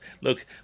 Look